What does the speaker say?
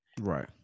right